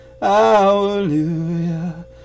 hallelujah